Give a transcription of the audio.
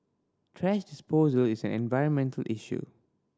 thrash disposal is an environmental issue